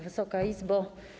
Wysoka Izbo!